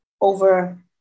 over